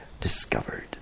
discovered